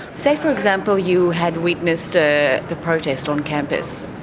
say for example you had witnessed a protest on campus,